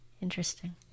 Interesting